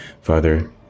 Father